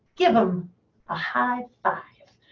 give them a high five.